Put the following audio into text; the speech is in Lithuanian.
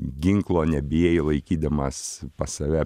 ginklo nebijai laikydamas pas save